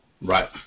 Right